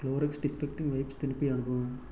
Clorox disinfecting வைப்ஸை திருப்பி அனுப்பவும்